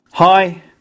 Hi